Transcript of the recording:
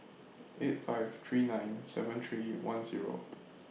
eight five three nine seven three one Zero